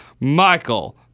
Michael